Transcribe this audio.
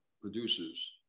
producers